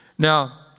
Now